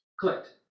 clicked